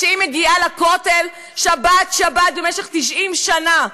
כשהיא מגיעה לכותל שבת-שבת במשך 90 שנה,